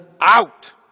out